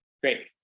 Great